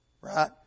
Right